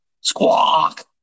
Squawk